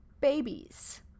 babies